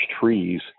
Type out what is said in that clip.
trees